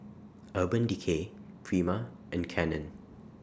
Urban Decay Prima and Canon